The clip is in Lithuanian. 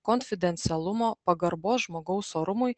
konfidencialumo pagarbos žmogaus orumui